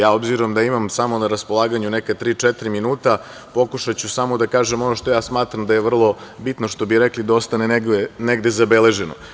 Ja obzirom da imam samo na raspolaganju neka tri, četiri minuta pokušaću samo da kažem ono što ja smatram da je vrlo bitno, što bi rekli da ostane negde zabeleženo.